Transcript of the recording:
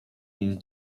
jest